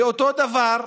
ואותו דבר,